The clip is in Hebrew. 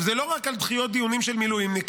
זה לא רק על דחיות דיונים של מילואימניקים,